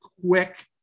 quick